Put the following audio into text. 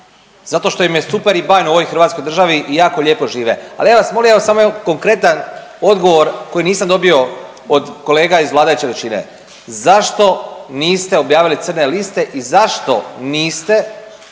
zato što im je super i bajno u ovoj Hrvatskoj državi i jako lijepo žive, ali ja vas molim, evo samo jedan konkretan odgovor koji nisam dobio od kolega iz vladajuće većine. Zašto niste objavili crne liste i zašto niste ukinuli